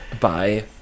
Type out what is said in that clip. Bye